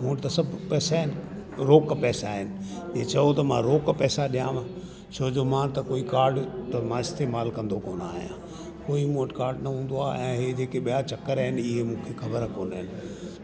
मूं वटि त सभु पैसा आइन रोक़ु पैसा आइन हीअं चओ त मां रोक़ु पैसा ॾियांव छो जो मां त कोई काड त मां इस्तेमालु कंदो कोनि आहियां कोई मूं वटि काड न हूंदो आहे ऐं हे जेके ॿिया चक्कर आहिनि ईअं मूंखे ख़बर कोननि